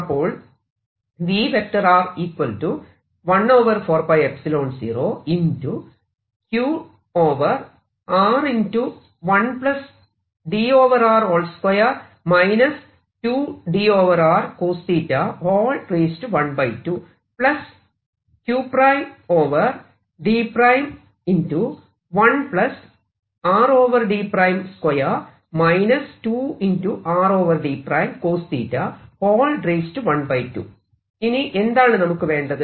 അപ്പോൾ ഇനി എന്താണ് നമുക്ക് വേണ്ടത്